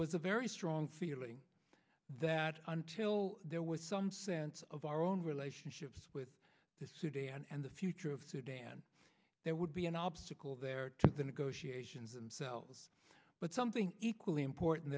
was a very strong feeling that until there was some sense of our own relationship with the sudan and the future of sudan there would be an obstacle there to the negotiations and cells but something equally important